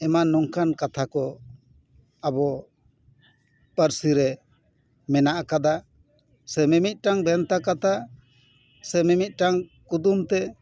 ᱮᱢᱟᱱ ᱱᱚᱝᱠᱟᱱ ᱠᱟᱛᱷᱟ ᱠᱚ ᱟᱵᱚ ᱯᱟᱹᱨᱥᱤ ᱨᱮ ᱢᱮᱱᱟᱜ ᱟᱠᱟᱫᱟ ᱥᱮ ᱢᱤᱢᱤᱫᱴᱟᱝ ᱵᱷᱮᱱᱛᱟ ᱠᱟᱛᱷᱟ ᱥᱮ ᱢᱤᱢᱤᱫᱴᱟᱝ ᱠᱩᱫᱩᱢᱛᱮ